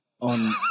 on